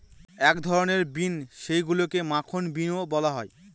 এক ধরনের বিন যেইগুলাকে মাখন বিনও বলা হয়